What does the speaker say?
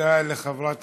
תודה לחברת